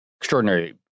extraordinary